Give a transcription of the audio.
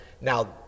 now